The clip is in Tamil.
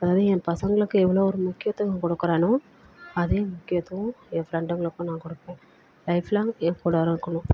அதாவது என் பசங்களுக்கு எவ்வளோ ஒரு முக்கியத்துவம் கொடுக்குறனோ அதே முக்கியத்துவம் என் ஃப்ரெண்டுங்களுக்கும் நான் கொடுப்போம் லைஃப் லாங் என் கூட இருக்கணும்